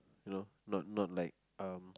you know not not like um